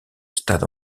stades